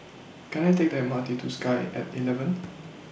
Can I Take The M R T to Sky At eleven